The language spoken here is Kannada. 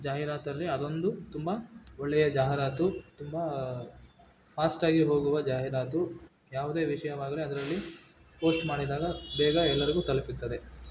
ಜಾಹೀರಾತಲ್ಲಿ ಅದೊಂದು ತುಂಬ ಒಳ್ಳೆಯ ಜಾಹೀರಾತು ತುಂಬ ಫಾಸ್ಟಾಗಿ ಹೋಗುವ ಜಾಹೀರಾತು ಯಾವುದೇ ವಿಷಯವಾಗಲಿ ಅದರಲ್ಲಿ ಪೋಸ್ಟ್ ಮಾಡಿದಾಗ ಬೇಗ ಎಲ್ಲರಿಗೂ ತಲುಪುತ್ತದೆ